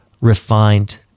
refined